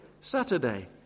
Saturday